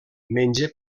menja